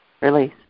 release